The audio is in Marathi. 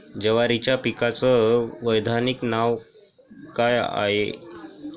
जवारीच्या पिकाचं वैधानिक नाव का हाये?